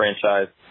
franchise